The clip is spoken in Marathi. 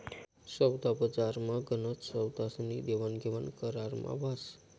सोदाबजारमा गनच सौदास्नी देवाणघेवाण करारमा व्हस